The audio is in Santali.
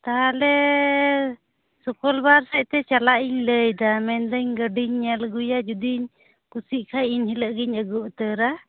ᱛᱟᱦᱚᱞᱮ ᱥᱩᱠᱚᱞ ᱵᱟᱨ ᱥᱮᱫᱛᱮ ᱪᱟᱞᱟᱜ ᱤᱧ ᱞᱟᱹᱭᱮᱫᱟ ᱢᱮᱱ ᱫᱟᱹᱧ ᱜᱟᱹᱰᱤᱧ ᱧᱮᱞ ᱟᱹᱜᱩᱭᱟ ᱡᱩᱫᱤᱧ ᱠᱩᱥᱤᱜ ᱠᱷᱟᱱ ᱮᱱ ᱦᱤᱞᱳᱜ ᱜᱮᱧ ᱟᱹᱜᱩ ᱩᱛᱟᱹᱨᱟ